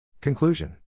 Conclusion